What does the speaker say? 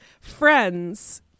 friends